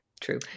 True